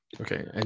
Okay